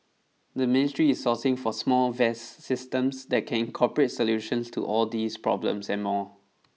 the ministry is sourcing for small vest systems that can incorporate solutions to all these problems and more